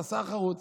אתה שר חרוץ.